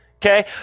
Okay